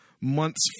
months